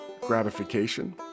gratification